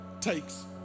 takes